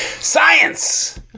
Science